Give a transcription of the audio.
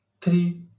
three